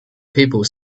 people